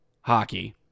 hockey